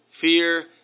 fear